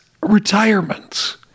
retirements